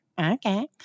Okay